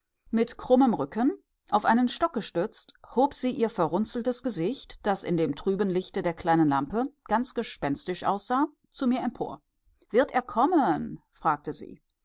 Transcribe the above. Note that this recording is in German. mit krummem rücken auf einen stock gestützt hob sie ihr verrunzeltes gesicht das in dem trüben lichte der kleinen lampe ganz gespenstisch aussah zu mir empor wird er kommen fragte sie